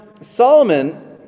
Solomon